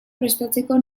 prestatzeko